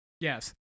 yes